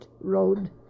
road